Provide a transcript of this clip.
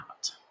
out